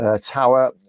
tower